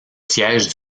siège